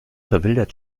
verwildert